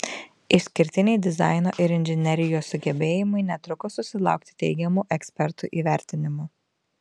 išskirtiniai dizaino ir inžinerijos sugebėjimai netruko susilaukti teigiamų ekspertų įvertinimų